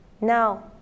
Now